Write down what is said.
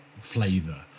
flavor